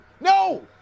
No